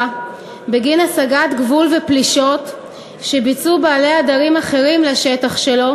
בגין הסגת גבול ופלישות שביצעו בעלי עדרים אחרים לשטח שלו,